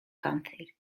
cáncer